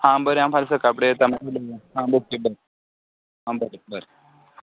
हां बरें हांव फाल्यां सकाळ फुडें येता हां ओके डन हां बरें बरें